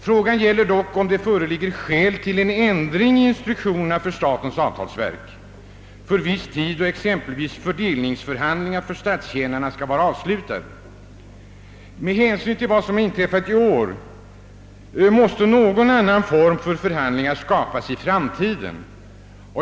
Frågan är dock om det inte föreligger skäl till en ändring i instruktionerna för statens avtalsverk så, att viss tid anges inom vilken exempelvis fördelningsförhandlingarna för statstjänarna skall vara avslutade. Efter vad som har inträffat i år måste någon annan form för förhandlingar skapas i framtiden.